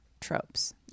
tropes